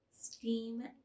steam